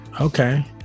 okay